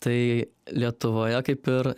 tai lietuvoje kaip ir